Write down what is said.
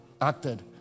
acted